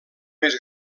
més